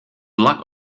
luck